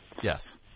Yes